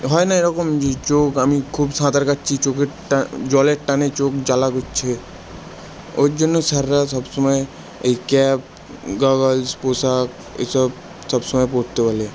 হয় না এরকম যে চোখ আমি খুব সাঁতার কাটছি চোখেরটা জলের টানে চোখ জ্বালা করছে ওর জন্য স্যাররা সব সময় এই ক্যাপ গগলস পোশাক এই সব সব সময় পরতে বলে